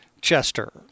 Chester